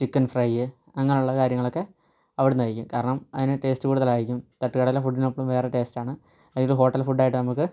chicken fry അങ്ങനെയുള്ള കാര്യങ്ങളൊക്കെ അവിടുന്നു കഴിക്കും കാരണം അതിന് ടെയിസ്റ്റ് കൂടുതലായിരിക്കും തട്ട് കടയിലെ ഫൂഡിനപ്പം വേറെ ടേസ്റ്റാണ് അതിന് ഹോട്ടൽ ഫുഡായിട്ട് നമുക്ക്